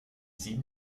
sieben